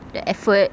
the effort